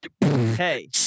Hey